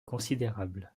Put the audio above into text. considérable